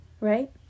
right